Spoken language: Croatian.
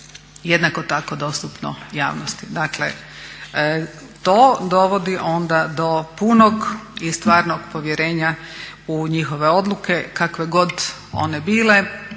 jednako tako dostupno javnosti. Dakle to dovodi onda do punog i stvarnog povjerenja u njihove odluke, kakve god one bile.